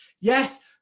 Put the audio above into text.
Yes